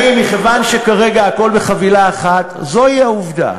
אני, מכיוון שכרגע הכול בחבילה אחת, זוהי העובדה.